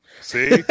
See